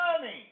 money